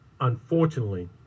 unfortunately